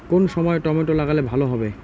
কোন সময় টমেটো লাগালে ভালো হবে?